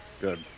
Good